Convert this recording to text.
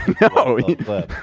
No